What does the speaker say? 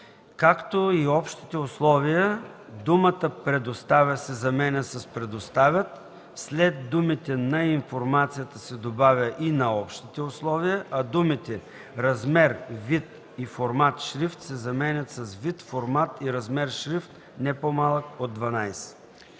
„както и общите условия”, думата „предоставя” се заменя с „предоставят”, след думите „на информацията” се добавя „и на общите условия”, а думите „размер, вид и формат шрифт” се заменят с „вид, формат и размер шрифт – не по-малък от 12”.”